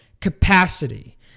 capacity